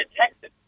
Texas